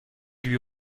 lui